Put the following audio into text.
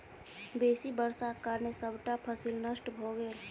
बेसी वर्षाक कारणें सबटा फसिल नष्ट भ गेल